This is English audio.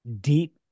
Deep